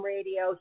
Radio